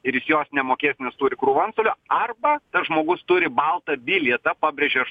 ir jis jos nemokės nes turi krūvą anstolių arba tas žmogus turi baltą bilietą pabrėžiu aš